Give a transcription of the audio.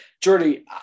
Jordy